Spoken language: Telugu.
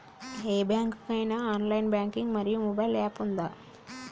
ఏ బ్యాంక్ కి ఐనా ఆన్ లైన్ బ్యాంకింగ్ మరియు మొబైల్ యాప్ ఉందా?